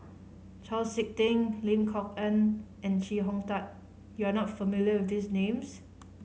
Chau Sik Ting Lim Kok Ann and Chee Hong Tat you are not familiar with these names